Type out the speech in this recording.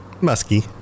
Musky